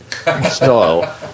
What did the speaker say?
style